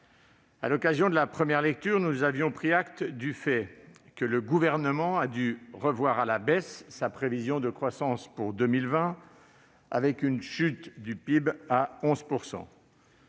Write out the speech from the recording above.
À l'occasion de la première lecture, nous avons pris acte du fait que le Gouvernement a dû revoir à la baisse sa prévision de croissance pour 2020, avec une chute de 11